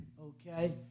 Okay